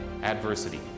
adversity